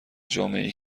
جامعهای